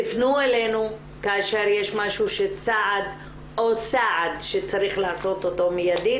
תפנו אלינו כאשר יש משהו שצעד או סעד שצריך לעשות אותו מיידית,